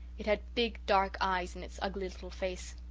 it had big dark eyes in its ugly little face.